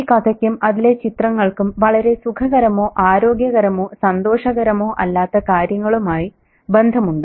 ഈ കഥയ്ക്കും അതിലെ ചിത്രങ്ങൾക്കും വളരെ സുഖകരമോ ആരോഗ്യകരമോ സന്തോഷകരമോ അല്ലാത്ത കാര്യങ്ങളുമായി ബന്ധമുണ്ട്